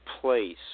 place